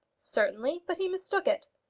certainly but he mistook it.